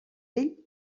ell